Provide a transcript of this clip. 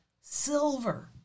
silver